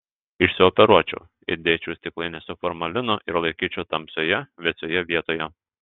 išsioperuočiau įdėčiau į stiklainį su formalinu ir laikyčiau tamsioje vėsioje vietoje